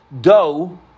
Dough